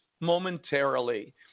momentarily